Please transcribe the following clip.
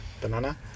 banana